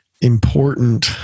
important